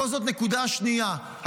פה זאת נקודה שנייה,